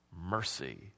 mercy